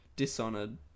Dishonored